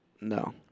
No